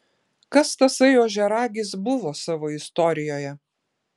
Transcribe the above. kas tasai ožiaragis buvo savo istorijoje